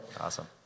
Awesome